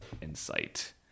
insight